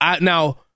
Now